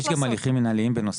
יש גם הליכים מנהליים בנוסף.